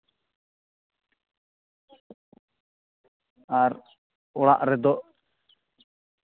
ᱟᱨ ᱚᱲᱟᱜ ᱨᱮᱫᱚ